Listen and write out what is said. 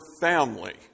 family